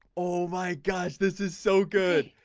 oh my gosh. this is so good